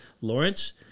Lawrence